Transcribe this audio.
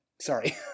Sorry